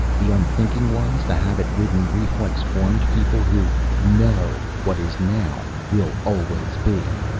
the unthinking ones, the habit-ridden, reflex-formed people who know what is now, will always be.